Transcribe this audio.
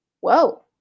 whoa